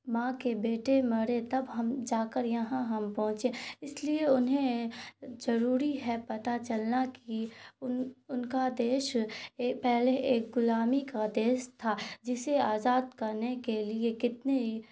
ماں کے بیٹے مرے تب ہم جا کر یہاں ہم پہنچے اس لیے انہیں ضروری ہے پتہ چلنا کہ ان ان کا دیس پہلے ایک غلامی کا دیس تھا جسے آزاد کرنے کے لیے کتنے